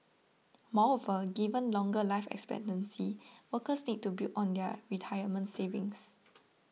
moreover given longer life expectancy workers need to build on their retirement savings